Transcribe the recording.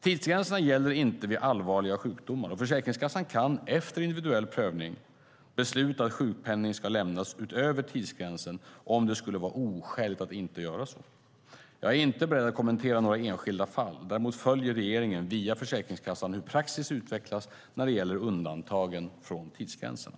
Tidsgränserna gäller inte vid allvarliga sjukdomar, och Försäkringskassan kan - efter individuell prövning - besluta att sjukpenning ska lämnas utöver tidsgränsen om det skulle vara oskäligt att inte göra så. Jag är inte beredd att kommentera några enskilda fall. Däremot följer regeringen via Försäkringskassan hur praxis utvecklas när det gäller undantagen från tidsgränserna.